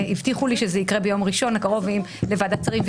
הבטיחו לו שזה יקרה ביום ראשון הקרוב בוועדת שרים,